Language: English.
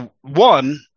one